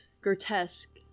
grotesque